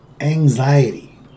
Anxiety